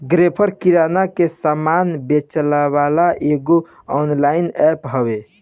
Grofer किरणा के सामान बेचेवाला एगो ऑनलाइन एप्प हवे